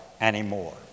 anymore